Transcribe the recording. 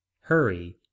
Hurry